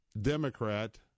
Democrat